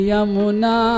Yamuna